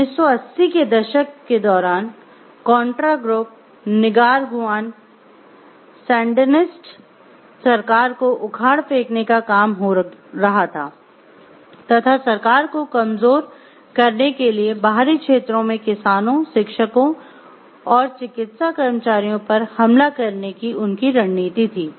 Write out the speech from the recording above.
1980 के दशक के दौरान कॉन्ट्रा ग्रुप निकारागुआन सैंडिनिस्ट सरकार को उखाड़ फेंकने का काम हो रहा था तथा सरकार को कमजोर करने के लिए बाहरी क्षेत्रों में किसानों शिक्षकों और चिकित्सा कर्मचारियों पर हमला करने की उनकी रणनीति थी